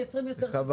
מייצרים יותר --- נכון,